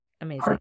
Amazing